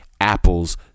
Apple's